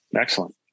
Excellent